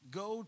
go